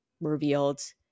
revealed